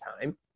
time